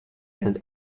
and